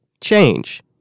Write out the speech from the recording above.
change